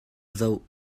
zoh